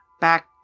back